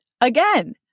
again